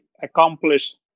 accomplish